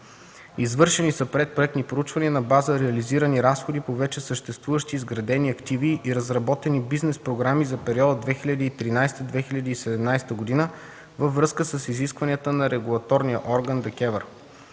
Извършени са предпроектни проучвания на база реализирани разходи по вече съществуващи изградени активи и разработени бизнес програми за периода 2013-2017 г. във връзка с изискванията на регулаторния орган ДКЕВР.